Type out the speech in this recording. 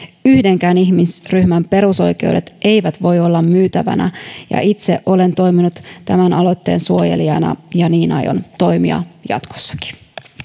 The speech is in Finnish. yhdenkään ihmisryhmän perusoikeudet eivät voi olla myytävänä ja itse olen toiminut tämän aloitteen suojelijana ja niin aion toimia jatkossakin